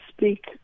speak